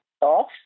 off